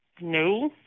No